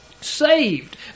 saved